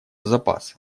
запасы